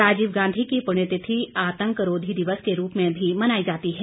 राजीव गांधी की पुण्यतिथि आतंक रोधी दिवस के रूप में भी मनाई जाती है